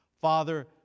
Father